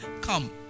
come